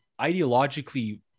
ideologically